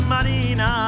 Marina